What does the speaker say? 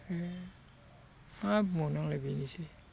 ओमफ्राय मा बुंबावनो आंलाय बेनोसै